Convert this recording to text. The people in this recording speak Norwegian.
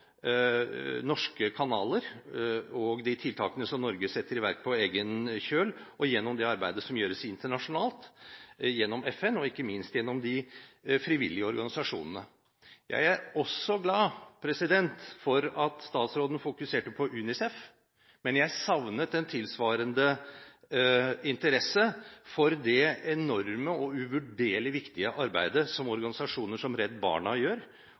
norske kanaler og de tiltakene som Norge setter i verk på egen kjøl, og gjennom det arbeidet som gjøres internasjonalt gjennom FN, og ikke minst gjennom de frivillige organisasjonene. Jeg er også glad for at statsråden fokuserte på UNICEF, men jeg savnet en tilsvarende interesse for det enorme og uvurderlig viktige arbeidet som organisasjoner som Redd Barna gjør,